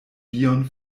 dion